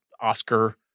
Oscar